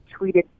tweeted